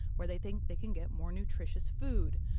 where they think they can get more nutritious food.